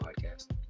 podcast